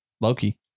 Loki